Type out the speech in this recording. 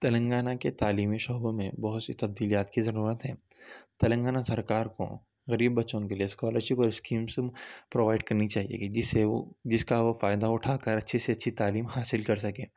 تلنگانہ کے تعلیمی شعبوں میں بہت سی تبدیلیات کی ضرورت ہے تلنگانہ سرکار کو غریب بچوں کے لیے اسکالرشپ اور اسکیم سم پرووائڈ کرنی چاہئے گی جس سے وہ جس کا وہ فائدہ اٹھا کر اچھی سے اچھی تعلیم حاصل کر سکیں